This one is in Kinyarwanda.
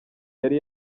yari